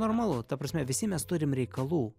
normalu ta prasme visi mes turim reikalų